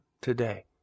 today